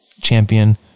champion